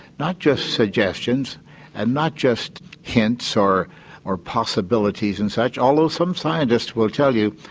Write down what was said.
not just suggestions and not just hints or or possibilities and such, although some scientists will tell you,